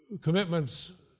commitments